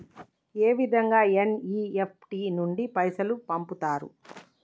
ఏ విధంగా ఎన్.ఇ.ఎఫ్.టి నుండి పైసలు పంపుతరు?